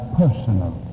personal